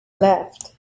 left